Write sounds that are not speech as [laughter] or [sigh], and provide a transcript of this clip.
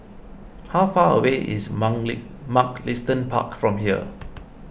how far away is [unintelligible] Mugliston Park from here